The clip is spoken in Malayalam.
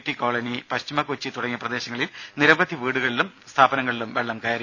ടി കോളനി പശ്ചിമ കൊച്ചി തുടങ്ങിയ പ്രദേശങ്ങളിൽ നിരവധി വീടുകളിലും സ്ഥാപനങ്ങളിലും വെള്ളം കയറി